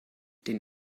den